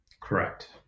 Correct